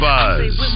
Buzz